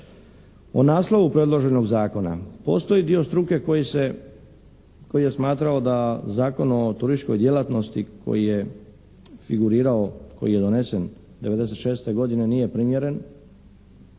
U naslovu predloženog zakona postoji dio struke koji je smatrao da Zakon o turističkoj djelatnosti koji je figurirao, koji je donesen 96. godine nije primjeren.